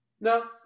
No